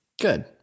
Good